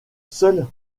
seule